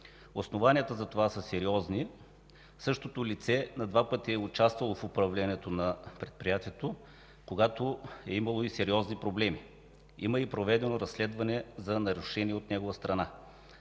Основанията за това са сериозни. Същото лице на два пъти е участвало в управлението на предприятието, когато е имало и сериозни проблеми. Има и проведено разследване за нарушение от негова страна.